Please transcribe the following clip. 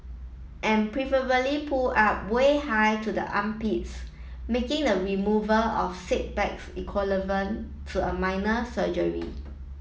and preferably pulled up way high to the armpits making the removal of said bags equivalent to a minor surgery